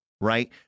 right